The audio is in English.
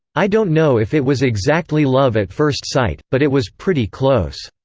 i don't know if it was exactly love at first sight, but it was pretty close.